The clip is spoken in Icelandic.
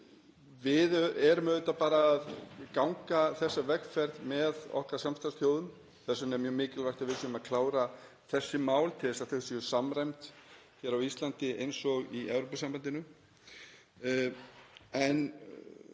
Við erum auðvitað bara að ganga þessa vegferð með okkar samstarfsþjóðum. Þess vegna er mjög mikilvægt að við séum að klára þessi mál til þess að þau séu samræmd á Íslandi eins og í Evrópusambandinu.